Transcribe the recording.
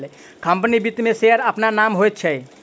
company वित्त मे शेयरक अपन मान होइत छै